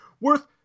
worth